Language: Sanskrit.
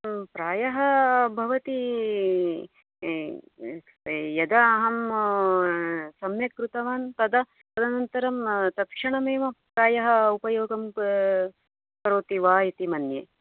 प्रायः भवती यदा अहं सम्यक् कृतवान् तदनन्तरं तक्षणम् एव प्रायः उपयोगं करोति वा इति मन्ये